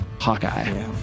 hawkeye